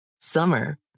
Summer